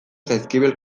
jaizkibel